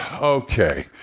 okay